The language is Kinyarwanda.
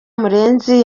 murenzi